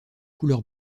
couleur